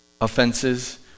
Offenses